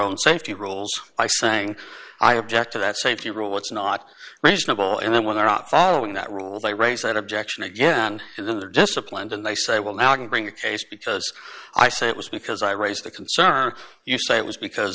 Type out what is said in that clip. own safety rules i sang i object to that safety rule it's not reasonable and then when they're not following that rule they raise that objection again then they're disciplined and they say well now i can bring a case because i say it was because i raised the concern you say it was because